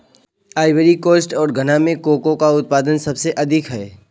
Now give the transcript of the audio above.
Ivory coast और घना में कोको का उत्पादन सबसे अधिक है